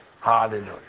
Hallelujah